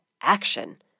action